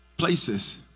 places